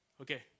Okay